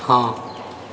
हाँ